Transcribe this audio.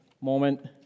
moment